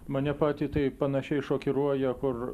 mane patį tai panašiai šokiruoja kur